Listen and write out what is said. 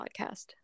podcast